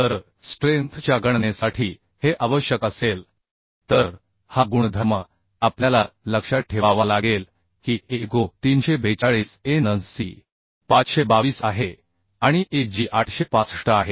तर स्ट्रेंथ च्या गणनेसाठी हे आवश्यक असेल तर हा गुणधर्म आपल्याला लक्षात ठेवावा लागेल की ago 342 a n c 522 आहे आणि ag 865 आहे